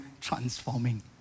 transforming